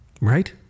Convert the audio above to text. Right